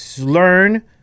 learn